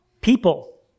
People